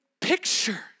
picture